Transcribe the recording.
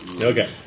Okay